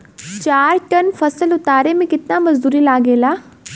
चार टन फसल उतारे में कितना मजदूरी लागेला?